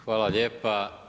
Hvala lijepa.